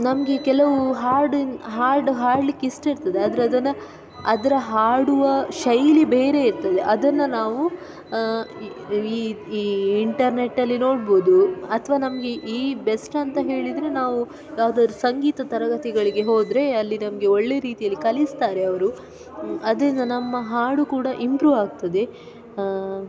ನಮಗೆ ಕೆಲವು ಹಾಡು ಹಾಡು ಹಾಡಲಿಕ್ಕೆ ಇಷ್ಟ ಇರ್ತದೆ ಆದರೆ ಅದನ್ನು ಅದರ ಹಾಡುವ ಶೈಲಿ ಬೇರೆ ಇರ್ತದೆ ಅದನ್ನು ನಾವು ಇ ಈ ಈ ಇಂಟರ್ನೆಟ್ಟಲ್ಲಿ ನೋಡ್ಬೋದು ಅಥವಾ ನಮಗೆ ಈ ಬೆಸ್ಟ್ ಅಂತ ಹೇಳಿದರೆ ನಾವು ಯಾವುದಾದ್ರೂ ಸಂಗೀತ ತರಗತಿಗಳಿಗೆ ಹೋದರೆ ಅಲ್ಲಿ ನಮಗೆ ಒಳ್ಳೆ ರೀತಿಯಲ್ಲಿ ಕಲಿಸ್ತಾರೆ ಅವರು ಅದರಿಂದ ನಮ್ಮ ಹಾಡು ಕೂಡ ಇಂಪ್ರೂವ್ ಆಗ್ತದೆ